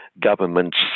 government's